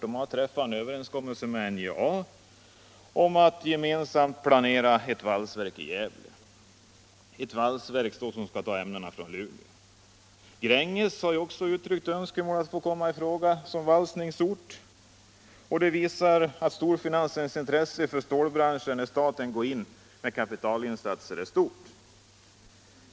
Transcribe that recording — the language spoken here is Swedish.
Bolaget har träffat överenskommelse med NJA om att gemensamt planera för ett valsverk i Gävle — ett valsverk som skall ta sina ämnen från Luleå. Grängesberg har också uttryckt önskemål att få komma i fråga som valsverksort. Det visar att storfinansens intresse för stålbranschen, när staten går in med kapitalinsatser, är stort.